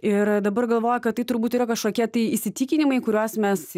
ir dabar galvoju kad tai turbūt yra kažkokie tai įsitikinimai kuriuos mes